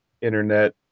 internet